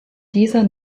dieser